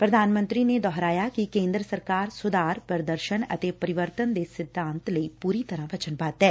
ਪ੍ਰਧਾਨ ਮੰਤਰੀ ਨੇ ਦੋਹਰਾਇਆ ਕਿ ਕੇਂਦਰ ਸਰਕਾਰ ਸੁਧਾਰ ਪ੍ਰਦਰਸ਼ਨ ਅਤੇ ਪਰਿਵਰਤਨ ਦੇ ਸਿਧਾਂਤਾ ਲਈ ਪੁਰੀ ਤਰਾਂ ਵਚਨਬੱਧ ਐ